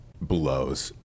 blows